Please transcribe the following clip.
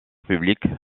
publique